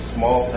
Small